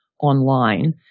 online